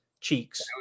Cheeks